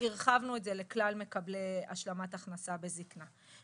שהרחבנו את זה לכלל מקבלי השלמת הכנסה בזקנה.